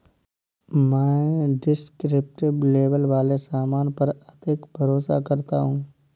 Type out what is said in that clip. मैं descriptive label वाले सामान पर अधिक भरोसा करता हूं